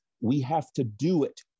we-have-to-do-it